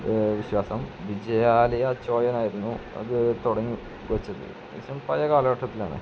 വിശ്വാസം വിജയാലയ ചോളനായിരുന്നു അത് തുടങ്ങിവെച്ചത് ശേഷം പഴയ കാലഘട്ടത്തിലാണ്